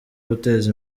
guteza